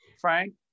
Frank